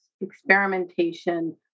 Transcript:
experimentation